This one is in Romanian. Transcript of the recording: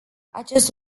acest